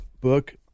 book